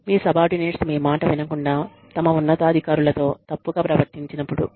మీ subordinates మీ మాట వినకుండా తమ ఉన్నతాధికారులతో తప్పుగా ప్రవర్తించినప్పుడు